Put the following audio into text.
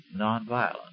nonviolent